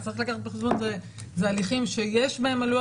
רק צריך לקחת בחשבון שאלה הליכים שיש בהם עלויות